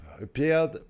appeared